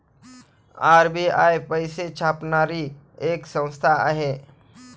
RBI पैसे छापणारी एक संस्था आहे